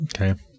okay